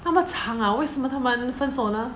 那么惨 ah 为什么他们分手呢